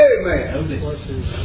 Amen